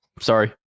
Sorry